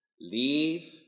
Leave